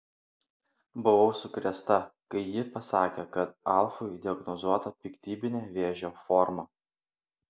buvau sukrėsta kai ji pasakė kad alfui diagnozuota piktybinė vėžio forma